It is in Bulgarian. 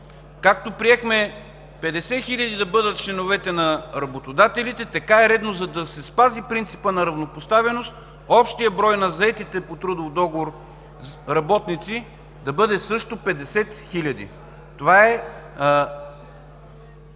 Както приехме 50 000 да бъдат членовете на работодателите, така е редно, за да се спази принципа на равнопоставеност, общия брой на заетите по трудов договор работници да бъде също 50 000. Това е